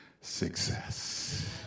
success